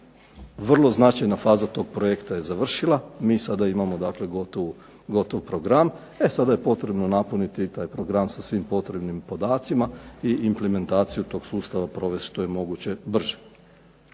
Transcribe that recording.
Vrlo značajna faza tog projekta je završila, mi sada imamo dakle gotov program. E sada je potrebno napuniti i taj program sa svim potrebnim podacima i implementaciju tog sustava provesti što je moguće brže.